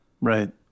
Right